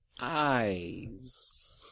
Eyes